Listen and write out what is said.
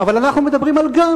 אבל אנחנו מדברים גם על,